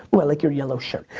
ooh i like your yellow shirt.